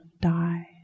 die